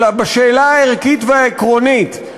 אלא בשאלה הערכית והעקרונית,